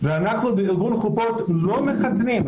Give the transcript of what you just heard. ואנחנו בארגון "חופות" לא מחתנים,